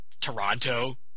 Toronto